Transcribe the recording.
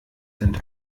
sind